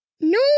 No